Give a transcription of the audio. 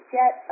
get